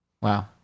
Wow